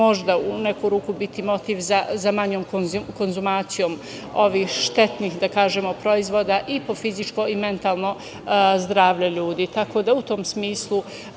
možda u neku ruku biti motiv za manjom konzumacijom ovih štetnih, da kažemo, proizvoda i po fizičko i mentalno zdravlje ljudi.U tom smislu,